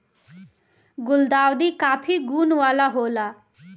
गुलदाउदी काफी गुण वाला होला